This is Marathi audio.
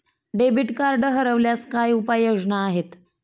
डेबिट कार्ड हरवल्यास काय उपाय योजना आहेत?